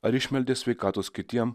ar išmeldė sveikatos kitiems